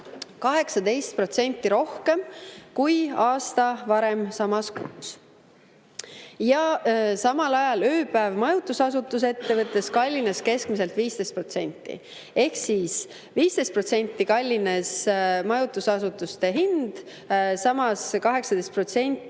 18% rohkem kui aasta varem samas kuus. Samal ajal ööpäev majutusasutuses kallines keskmiselt 15%. Ehk 15% kallines majutusasutuste hind, samas 18%